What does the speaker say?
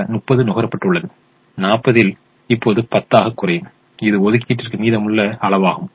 ஆக 30 நுகரப்பட்டுள்ளது 40 இப்போது 10 ஆக குறையும் இது ஒதுக்கீட்டிற்கு மீதமுள்ள அளவாகும்